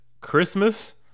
Christmas